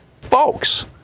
folks